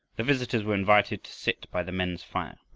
the visitors were invited to sit by the men's fire.